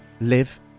live